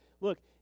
Look